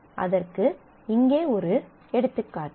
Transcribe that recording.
அதற்கு இங்கே ஒரு எடுத்துக்காட்டு